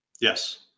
Yes